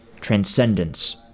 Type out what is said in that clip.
Transcendence